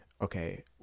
Okay